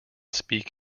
speak